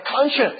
conscience